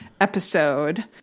episode